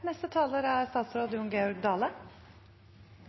Neste talar er Jon